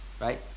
Right